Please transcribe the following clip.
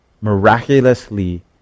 miraculously